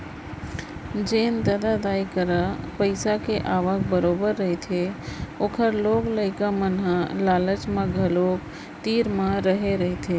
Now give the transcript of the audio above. जेन ददा दाई करा पइसा के आवक बरोबर रहिथे ओखर लोग लइका मन ह लालच म घलोक तीर म रेहे रहिथे